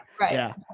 Right